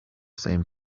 same